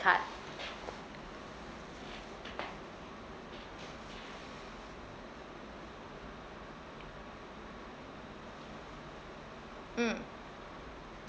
card mm